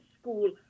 school